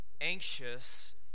anxious